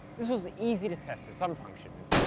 this was ah easy to test for some functions.